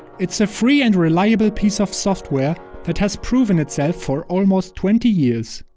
it's a free and reliable piece of software that has proven itself for almost twenty years.